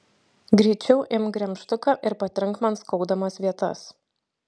greičiau imk gremžtuką ir patrink man skaudamas vietas